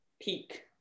peak